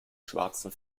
schwarzen